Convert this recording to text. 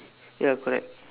ya correct